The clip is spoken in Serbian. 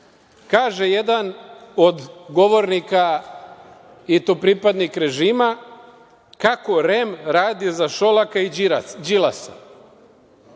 REM.Kaže jedan od govornika i to pripadnik režima kako REM radi za Šolaka i Đilasa.